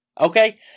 Okay